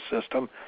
system